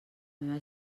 meva